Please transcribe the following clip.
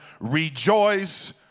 rejoice